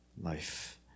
life